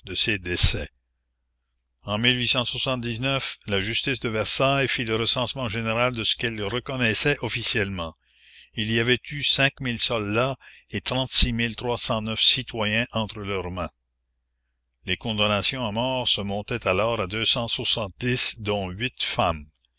ces décès n la justice de versailles fit le recensement général de ce qu'elle reconnaissait officiellement il y avait eu soldats et citoyens entre leurs mains les condamnations à mort se montaient alors à dont femmes